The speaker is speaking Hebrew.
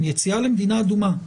יציאה למדינה אדומה.